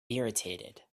irritated